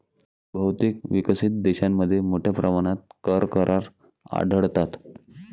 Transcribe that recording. बहुतेक विकसित देशांमध्ये मोठ्या प्रमाणात कर करार आढळतात